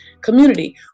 community